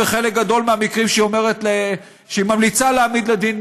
בחלק גדול מהמקרים שהיא ממליצה להעמיד לדין,